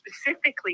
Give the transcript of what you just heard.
specifically